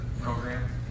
program